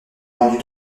rendue